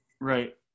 Right